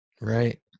Right